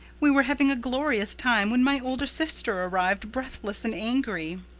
we were having a glorious time when my older sister arrived, breathless and angry.